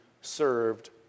served